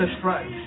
Christ